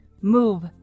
move